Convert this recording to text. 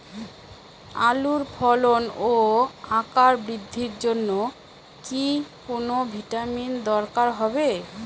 আলুর ফলন ও আকার বৃদ্ধির জন্য কি কোনো ভিটামিন দরকার হবে?